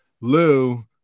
Lou